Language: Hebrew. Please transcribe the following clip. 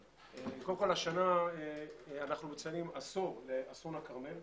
השנה אנחנו מציינים עשור לאסון הכרמל,